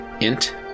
INT